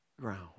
ground